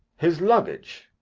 his luggage?